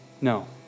No